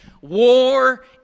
War